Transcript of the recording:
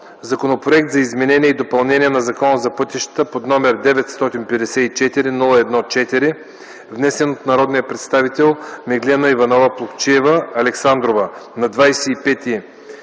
Законопроект за изменение и допълнение на Закона за пътищата, № 954-01-4, внесен от народния представител Меглена Иванова Плугчиева–Александрова на 25